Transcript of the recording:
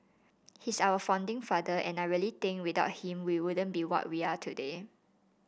he's our founding father and I really think without him we wouldn't be what we are today